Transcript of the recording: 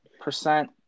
percent